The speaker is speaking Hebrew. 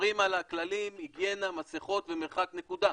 שומרים על הכללים, היגיינה, מסכות, במרחק, נקודה.